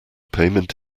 payment